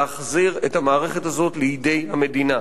אנחנו חייבים להחזיר את המערכת הזאת לידי המדינה.